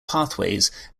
pathways